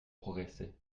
progresser